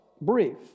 Brief